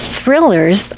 thrillers